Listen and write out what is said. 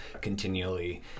continually